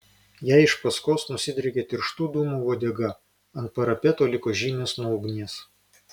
jai iš paskos nusidriekė tirštų dūmų uodega ant parapeto liko žymės nuo ugnies